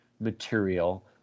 material